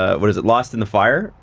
ah what is it, lost in the fire?